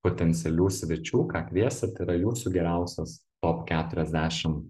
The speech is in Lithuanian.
potencialių svečių ką kviesit tai yra jūsų geriausias top keturiasdešim